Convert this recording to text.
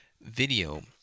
video